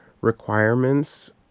requirements